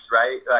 right